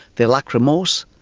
they lack remorse,